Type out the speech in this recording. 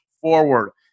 forward